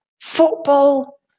Football